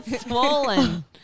swollen